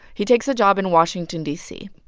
he takes a job in washington, d c.